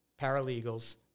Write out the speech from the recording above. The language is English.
paralegals